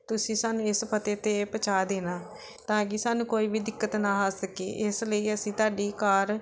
ਤੁਸੀਂ ਸਾਨੂੰ ਇਸ ਪਤੇ 'ਤੇ ਪਹੁੰਚਾ ਦੇਣਾ ਤਾਂ ਕਿ ਸਾਨੂੰ ਕੋਈ ਵੀ ਦਿੱਕਤ ਨਾ ਆ ਸਕੇ ਇਸ ਲਈ ਅਸੀਂ ਤੁਹਾਡੀ ਕਾਰ